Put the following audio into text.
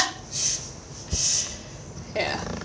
ya